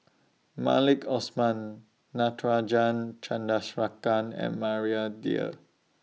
Maliki Osman Natarajan Chandrasekaran and Maria Dyer